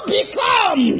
become